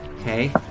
Okay